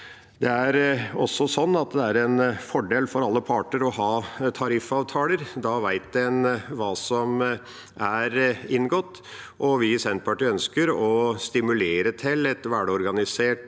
Det er også en fordel for alle parter å ha tariffavtaler. Da vet en hva som er inngått, og vi i Senterpartiet ønsker å stimulere til et velorganisert